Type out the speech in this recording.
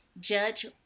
Judge